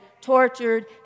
tortured